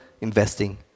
investing